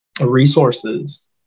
resources